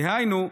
דהיינו,